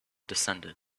descended